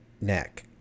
neck